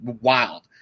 wild